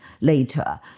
later